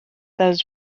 those